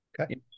Okay